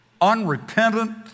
unrepentant